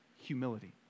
humility